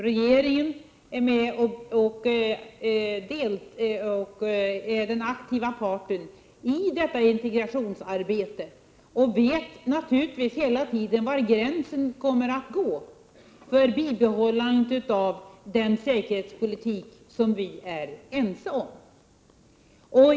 Regeringen är den aktiva parten i detta integrationsarbete och vet naturligtvis hela tiden var gränsen kommer att gå för bibehållande av den säkerhetspolitik som vi är ense om.